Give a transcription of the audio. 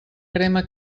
crema